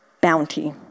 bounty